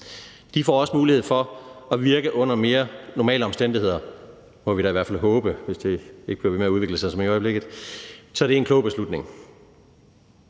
De får også mulighed for at virke under mere normale omstændigheder, må vi da i hvert fald håbe – hvis det ikke bliver ved med at udvikle sig som i øjeblikket – så det er en klog beslutning.